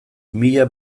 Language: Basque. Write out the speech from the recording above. mila